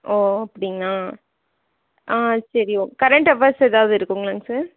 ஓ அப்படிங்களா ஆ சரி ஓ கரண்ட் அவர்ஸ் எதாவது இருக்குங்களாங்க சார்